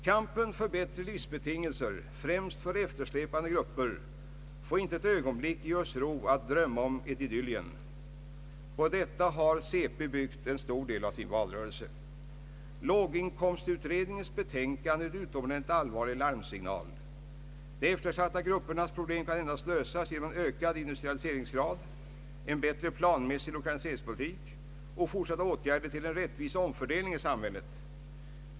Kampen för bättre livsbetingelser, främst för eftersläpande grupper, får inte ett ögonblick ge oss ro att drömma om ett Idyllien. På detta har centerpartiet byggt en stor del av sin valrörelse. Låginkomstutredningens betänkande är en utomordentligt allvarlig larmsignal. De eftersatta gruppernas problem kan endast lösas genom en ökad industrialiseringsgrad, en bättre planmässig lokaliseringspolitik och fortsatta åtgärder till en rättvis omfördelning i samhället.